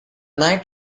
night